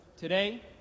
today